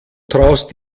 traust